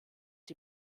die